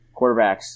quarterbacks